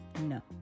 No